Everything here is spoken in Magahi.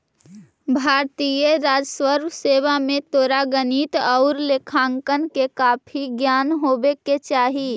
भारतीय राजस्व सेवा में तोरा गणित आउ लेखांकन के काफी ज्ञान होवे के चाहि